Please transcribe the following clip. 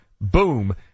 boom